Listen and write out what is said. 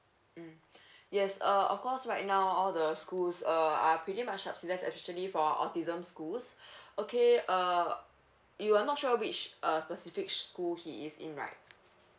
um yes uh of course right now all the schools uh are pretty much subsidy especially for autism schools okay uh you are not sure which err specific school he is in right